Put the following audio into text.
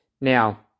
Now